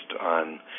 on